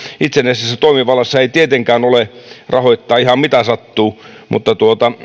itsenäisessä toimivallassa ei tietenkään ole rahoittaa ihan mitä sattuu mutta